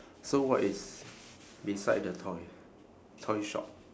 so what is beside the toy toy shop